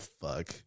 fuck